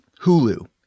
Hulu